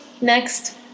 next